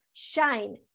shine